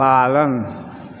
पालन